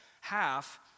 half